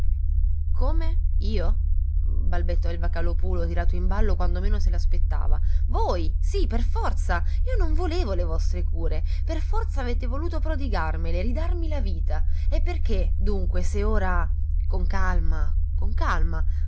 come io balbettò il vocalòpulo tirato in ballo quando meno se l'aspettava voi sì per forza io non volevo le vostre cure per forza avete voluto prodigarmele ridarmi la vita e perché dunque se ora con calma con calma